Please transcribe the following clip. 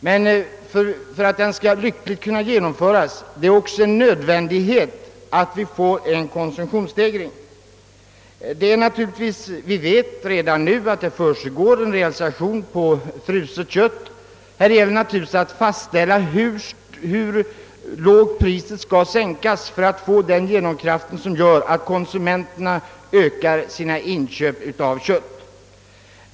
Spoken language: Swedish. Men för att denna skall leda till avsett resultat är det nödvändigt att vi får en konsumtionsstegring. Vi vet att det redan nu ibland pågår en realisation av fruset kött. Det gäller naturligtvis att fastställa hur lågt priset skall sättas för att få en sådan genomslagskraft, att konsumenterna ökar sina inköp av kött.